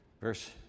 Verse